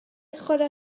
chwarae